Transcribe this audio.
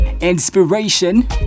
inspiration